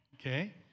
okay